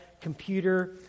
computer